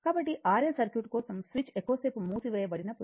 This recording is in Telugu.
కాబట్టి R L సర్క్యూట్ కోసం స్విచ్ ఎక్కువసేపు మూసి వేయబడినప్పుడు